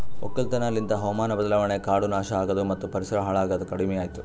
ಒಕ್ಕಲತನ ಲಿಂತ್ ಹಾವಾಮಾನ ಬದಲಾವಣೆ, ಕಾಡು ನಾಶ ಆಗದು ಮತ್ತ ಪರಿಸರ ಹಾಳ್ ಆಗದ್ ಕಡಿಮಿಯಾತು